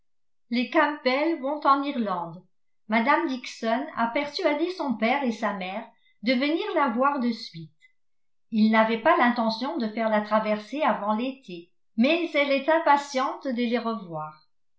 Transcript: les campbell vont en irlande mme dixon a persuadé son père et sa mère de venir la voir de suite ils n'avaient pas l'intention de faire la traversée avant l'été mais elle est impatiente de les revoir